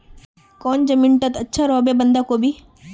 कौन जमीन टत अच्छा रोहबे बंधाकोबी?